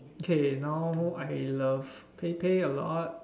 okay now I love Pei-Pei a lot